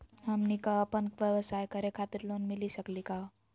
हमनी क अपन व्यवसाय करै खातिर लोन मिली सकली का हो?